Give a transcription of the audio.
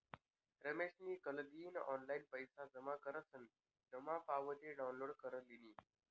रमेशनी कालदिन ऑनलाईन पैसा जमा करीसन जमा पावती डाउनलोड कर लिनी